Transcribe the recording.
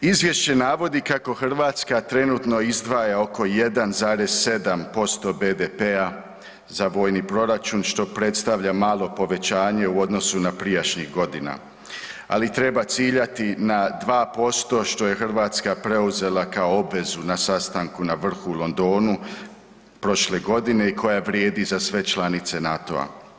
Izvješće navodi kako Hrvatska trenutno izdvaja oko 1,7% BDP-a za vojni proračun, što predstavlja malo povećanje u odnosu na prijašnjih godina, ali treba ciljati na 2%, što je Hrvatska preuzela kao obvezu na sastanku na vrhu u Londonu prošle godine i koja vrijedi za sve članice NATO-a.